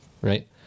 right